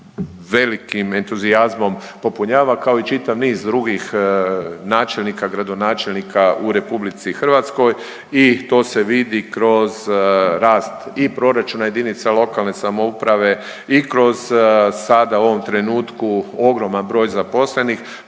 velikim entuzijazmom popunjava kao i čitav niz drugih načelnika, gradonačelnika u RH i to se vidi kroz rast i proračuna jedinica lokalne samouprave i kroz sada u ovom trenutku ogroman broj zaposlenih